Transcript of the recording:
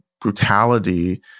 brutality